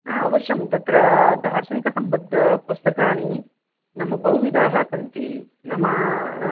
आ अवश्यं तत्र दार्शनिकसम्बद्धपुस्तकानि नाम बहुविधाः सन्ति नाम